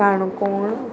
Canacona